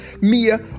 Mia